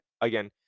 again